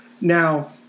Now